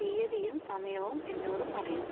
തീയതിയും സമയവും എന്നോട് പറയൂ